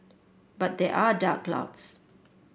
but there are dark clouds